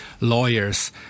lawyers